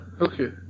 Okay